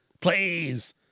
please